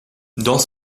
dans